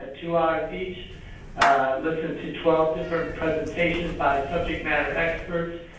ah two hours each listened to twelve different presentations by subject matter experts-again,